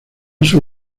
sus